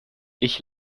ich